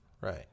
Right